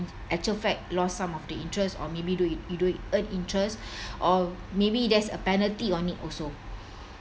actual fact lost some of the interest or maybe do it you do it earn interest or maybe there's a penalty on it also